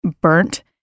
burnt